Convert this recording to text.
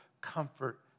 comfort